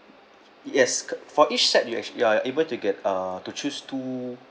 yes cor~ for each set you act~ you are able to get uh to choose two